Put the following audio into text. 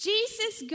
Jesus